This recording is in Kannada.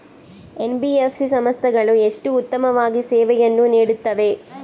ಎನ್.ಬಿ.ಎಫ್.ಸಿ ಸಂಸ್ಥೆಗಳು ಎಷ್ಟು ಉತ್ತಮವಾಗಿ ಸೇವೆಯನ್ನು ನೇಡುತ್ತವೆ?